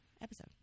episode